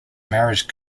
marriage